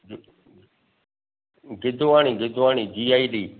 ज गिदवाणी गिदवाणी जी I D